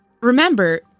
Remember